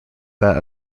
that